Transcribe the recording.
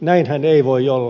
näinhän ei voi olla